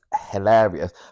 hilarious